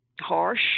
harsh